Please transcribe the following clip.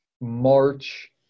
March